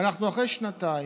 ואנחנו אחרי שנתיים.